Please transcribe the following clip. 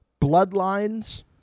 Bloodlines